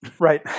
right